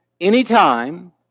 Anytime